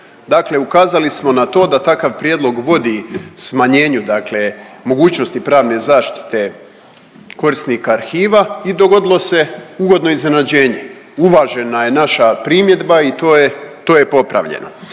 Dakle, ukazali smo na to da takav prijedlog vodi smanjenju dakle mogućnosti pravne zaštite korisnika arhiva i dogodilo se ugodno iznenađenje. Uvažena je naša primjedba i to je, to je popravljeno.